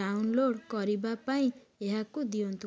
download କରିବା ପାଇଁ ଏହାକୁ ଦିଅନ୍ତୁ